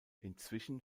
inzwischen